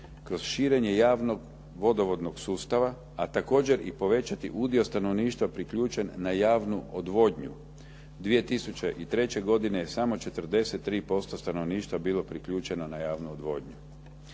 kroz širenje javnog vodovodnog sustava, a također i povećati udio stanovništva priključen na javnu odvodnju. 2003. godine je samo 43% stanovništva bilo priključeno na javnu odvodnju.